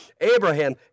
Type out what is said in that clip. Abraham